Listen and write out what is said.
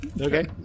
Okay